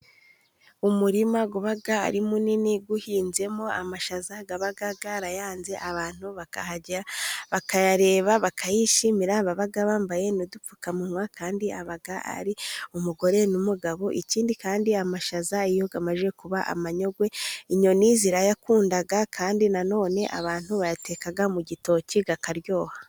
Umurima uba ari munini uhinzemo amashaza aba yarayanze abantu bakahajya bakayareba, bakayishimira baba bambaye udupfukamunwa kandi aba ari umugore n'umugabo, ikindi kandi amashaza iyo amaze kuba amanyogwe inyoni zirayakunda, kandi nanone abantu bayateka mu gitoki akaryoha.